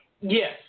Yes